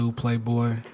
Playboy